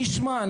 תשמע,